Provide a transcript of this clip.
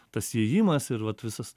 tas įėjimas ir vat visas